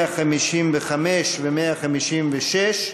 155 ו-156,